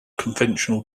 conventional